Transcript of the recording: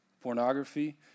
Pornography